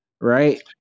right